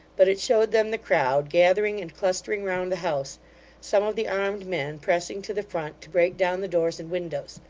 but it showed them the crowd, gathering and clustering round the house some of the armed men pressing to the front to break down the doors and windows,